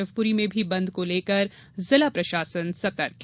शिवपुरी में भी बन्द को लेकर जिला प्रशासन सतर्क है